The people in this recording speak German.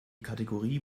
kategorie